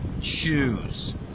choose